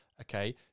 okay